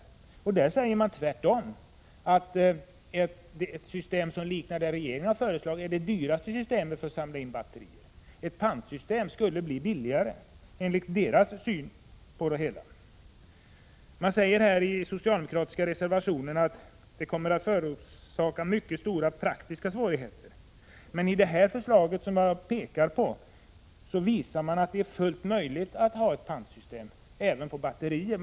I den utredningen sägs tvärtom att ett system som liknar det regeringen har föreslagit är det dyraste systemet för att samla in batterier. Ett pantsystem skulle bli billigare enligt utredningens syn på det hela. Socialdemokraterna säger i sin reservation att ett pantsystem kommer att förorsaka mycket stora praktiska svårigheter, men av den utredning som jag har pekat på framgår att det är fullt möjligt att ha ett pantsystem även på batterier.